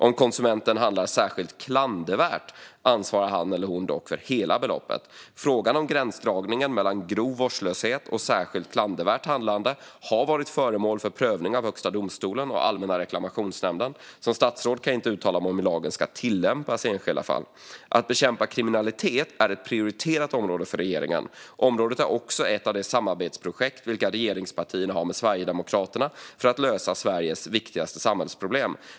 Om konsumenten handlat särskilt klandervärt ansvarar han eller hon dock för hela beloppet. Frågan om gränsdragningen mellan grov vårdslöshet och särskilt klandervärt handlande har varit föremål för prövning av Högsta domstolen och Allmänna reklamationsnämnden. Som statsråd kan jag inte uttala mig om hur lagen ska tillämpas i enskilda fall. Att bekämpa kriminalitet är ett prioriterat område för regeringen. Området är också ett av de samarbetsprojekt som regeringspartierna har med Sverigedemokraterna för att lösa Sveriges viktigaste samhällsproblem.